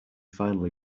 finally